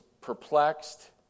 perplexed